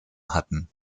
hatten